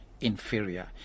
inferior